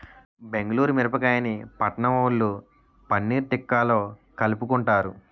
బెంగుళూరు మిరపకాయని పట్నంవొళ్ళు పన్నీర్ తిక్కాలో కలుపుకుంటారు